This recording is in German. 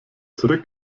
zurück